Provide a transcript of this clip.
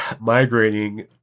migrating